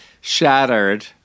shattered